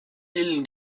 îles